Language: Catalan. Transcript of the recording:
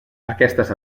aquestes